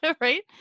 right